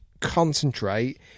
concentrate